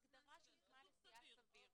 הגדרה של זמן נסיעה סביר,